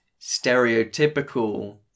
stereotypical